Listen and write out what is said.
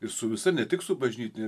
ir su visa ne tik su bažnytine